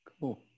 Cool